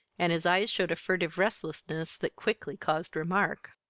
and his eyes showed a furtive restlessness that quickly caused remark.